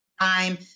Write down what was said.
time